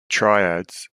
triads